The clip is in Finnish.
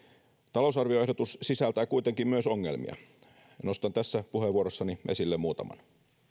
talousarvioehdotus sisältää kuitenkin myös ongelmia nostan tässä puheenvuorossani esille muutaman